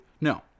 No